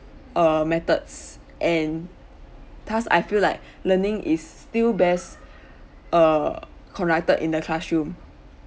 uh methods and thus I feel like learning is still best err conducted in the classroom